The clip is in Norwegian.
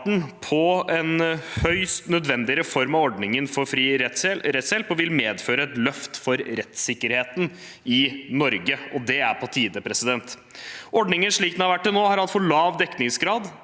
på en høyst nødvendig reform av ordningen for fri rettshjelp og vil medføre et løft for rettssikkerheten i Norge – og det er på tide. Ordningen slik den har vært til nå, har hatt for lav dekningsgrad,